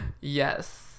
yes